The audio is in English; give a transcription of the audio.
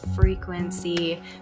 frequency